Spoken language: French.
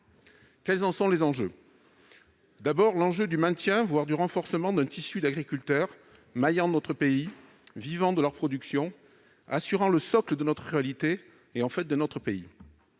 Quels en sont les enjeux ? Il s'agit d'abord du maintien, voire du renforcement, d'un tissu d'agriculteurs maillant notre pays, vivant de leur production, assurant le socle de notre ruralité et donc de notre pays.